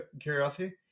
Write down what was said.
curiosity